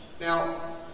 Now